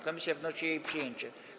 Komisja wnosi o jej przyjęcie.